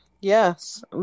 Yes